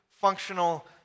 functional